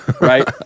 right